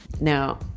Now